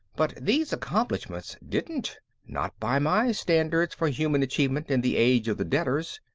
but these accomplishments didn't not by my standards for human achievement in the age of the deaders.